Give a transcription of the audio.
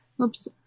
Oops